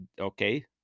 okay